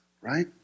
right